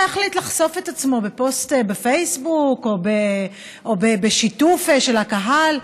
אלא החליט לחשוף את עצמו בפוסט בפייסבוק או בשיתוף של הקהל,